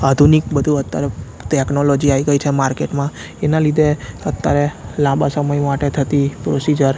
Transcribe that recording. આધુનિક બધું અત્યારે ટેકનોલોજી આવી ગઈ છે માર્કેટમાં એના લીધે અત્યારે લાંબા સમય માટે થતી પ્રોસીજર